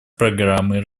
программы